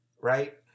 right